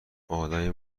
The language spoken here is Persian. آدمی